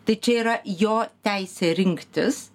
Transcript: tai čia yra jo teisė rinktis